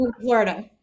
Florida